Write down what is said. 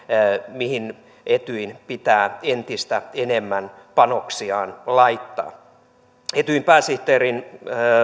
mihin etyjin pitää entistä enemmän panoksiaan laittaa etyjin pääsihteeri